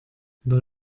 dans